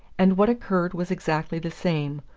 and what occurred was exactly the same,